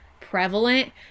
prevalent